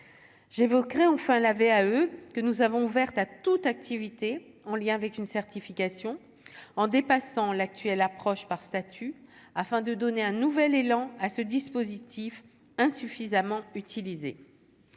j'évoquerai enfin la VAE que nous avons à toute activité en lien avec une certification en dépassant l'actuel approche par statut afin de donner un nouvel élan à ce dispositif insuffisamment utilisée